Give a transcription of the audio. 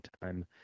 time